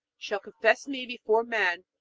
shall confess me before men,